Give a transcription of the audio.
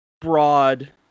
broad